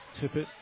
Tippett